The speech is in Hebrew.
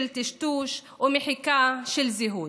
של טשטוש ומחיקה של זהות.